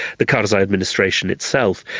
the karzai administration itself,